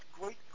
great